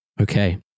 Okay